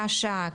תש"ן,